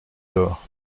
d’or